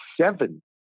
seven